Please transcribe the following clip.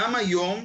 גם היום,